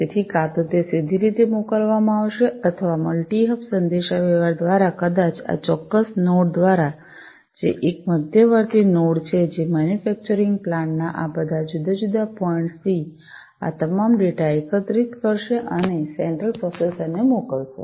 તેથી કાં તો તે સીધી રીતે મોકલવામાં આવશે અથવા મલ્ટિ હબ સંદેશાવ્યવહાર દ્વારા કદાચ આ ચોક્કસ નોડ દ્વારા જે એક મધ્યવર્તી નોડ છે જે મેન્યુફેક્ચરિંગ પ્લાન્ટ ના આ બધા જુદા જુદા પોઇન્ટ્સ થી આ તમામ ડેટા એકત્રિત કરશે અને તેને સેન્ટ્રલ પ્રોસેસર ને મોકલશે